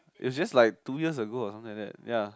is just like two years ago or something like that ya